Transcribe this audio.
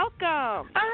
welcome